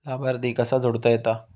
लाभार्थी कसा जोडता येता?